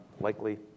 Likely